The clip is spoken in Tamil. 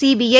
சிபிஐ